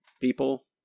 people